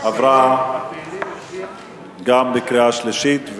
הכלכלית לשנים 2009 ו-2010) (תיקון מס' 6) עברה גם בקריאה שלישית,